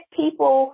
people